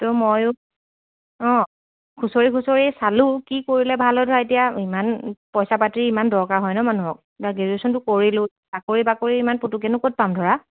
ত' ময়ো অঁ খুচৰি খুচৰি চালোঁ কি কৰিলে ভাল হয় ধৰা এতিয়া ইমান পইচা পাতি ইমান দৰকাৰ হয় ন মানুহক বা গ্ৰেজুৱেশ্যনটো কৰিলোঁ চাকৰি বাকৰি ইমান পুটুককৈ নো ক'ত পাম ধৰা